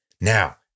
Now